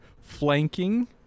flanking